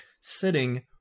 sitting